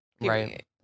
Right